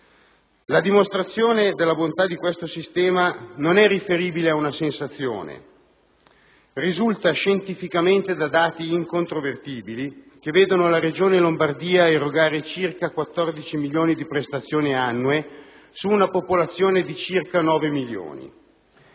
La dimostrazione della bontà di questo sistema non è riferibile ad una sensazione, ma risulta scientificamente da dati incontrovertibili, che vedono la Regione Lombardia erogare circa 14 milioni di prestazioni annue su una popolazione di circa 9 milioni.